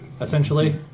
essentially